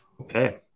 Okay